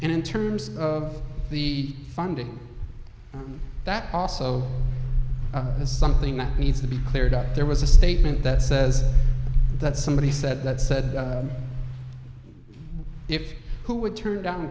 d in terms of the funding that also is something that needs to be cleared up there was a statement that says that somebody said that said if who would turn down